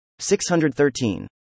613